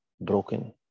broken